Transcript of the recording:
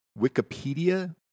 Wikipedia